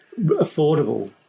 affordable